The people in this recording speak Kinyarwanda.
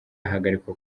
ahagarikwa